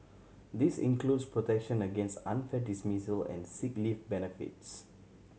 this includes protection against unfair dismissal and sick leave benefits